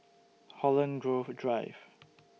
Holland Grove Drive